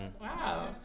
Wow